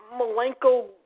Malenko